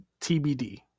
TBD